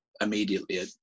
immediately